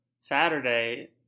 Saturday